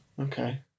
Okay